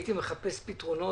הייתי מחפש פתרונות,